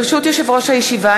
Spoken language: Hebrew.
ברשות יושב-ראש הישיבה,